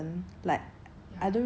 okay first of all I don't really